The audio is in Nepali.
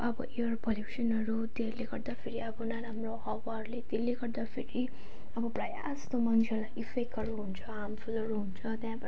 अबो एयर पल्युसनहरू त्यहीले गर्दाखेरि अब नराम्रो हावाहरूले त्यसले गर्दाखेरि अब प्राय जस्तो मान्छेहरूलाई इफेक्टहरू हुन्छ हार्मफुलहरू हुन्छ त्यहाँबाट